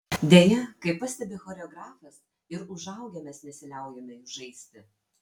deja kaip pastebi choreografas ir užaugę mes nesiliaujame jų žaisti